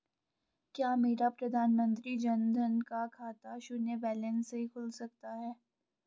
क्या मेरा प्रधानमंत्री जन धन का खाता शून्य बैलेंस से खुल सकता है?